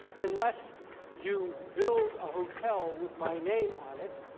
unless you build a hotel with my name on it,